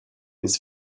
his